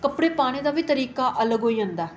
कपड़े पाने दा बी तरीका अलग होई जंदा